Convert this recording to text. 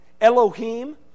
Elohim